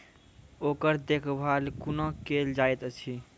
ओकर देखभाल कुना केल जायत अछि?